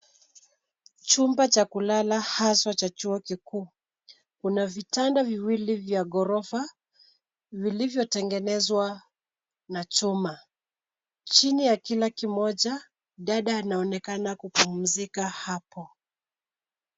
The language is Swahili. Chumba cha kulala hasa cha chuo kikuu. Kuna vitanda viwili vya ghorofa vilivyotengenezwa na chuma. Chini ya kila kimoja dada anaonekana kupumzika hapo.